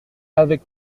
avec